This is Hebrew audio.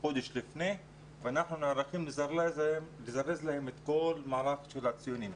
חודש לפני ואנחנו נערכים לזרז שלהם את מערך הציונים.